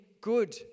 good